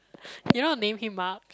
you want name him mark